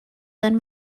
than